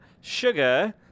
Sugar